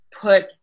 put